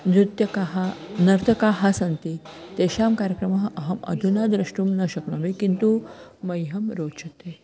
नृत्यकाः नर्तकाः सन्ति तेषां कार्यक्रमः अहम् अधुना द्रष्टुं न शक्नोमि किन्तु मह्यं रोचते